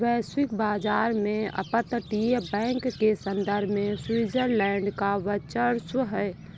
वैश्विक बाजार में अपतटीय बैंक के संदर्भ में स्विट्जरलैंड का वर्चस्व है